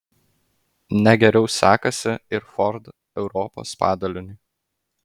ne geriau sekasi ir ford europos padaliniui